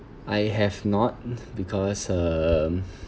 I have not because um